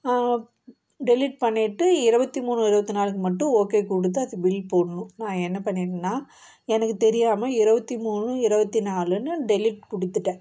delete பண்ணிட்டு இருபத்தி மூணு இருபத்தி நாலுக்கு மட்டும் ஓகே கொடுத்து அது பில் போடணும் நான் என்ன பண்ணிட்டேன்னா எனக்கு தெரியாமல் இருபத்தி மூணு இருபத்தி நாலுன்னு டெலிட் கொடுத்துட்டேன்